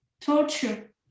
torture